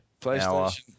PlayStation